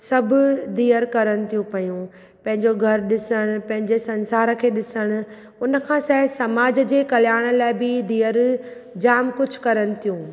सभु धीअरु करनि थियूं पयूं पंहिंजो घरु ॾिसणु पंहिंजे संसार खे ॾिसण हुनखां सॼे समाज जे कल्याण लाइ बि धीअरु जाम कुझु करनि थियूं